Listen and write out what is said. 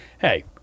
hey